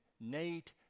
Nate